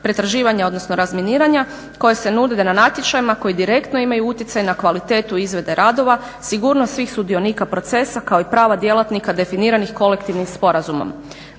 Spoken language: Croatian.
pretraživanja odnosno razminiranja koje se nude na natječajima koji direktno imaju utjecaj na kvalitetu izvedbe radova, sigurnost svih sudionika procesa kao i prava djelatnika definiranih kolektivnim sporazumom.